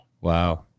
Wow